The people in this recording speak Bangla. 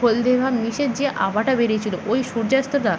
হলদে ভাব মিশে যে আভাটা বেরিয়েছিল ওই সূর্যাস্তটা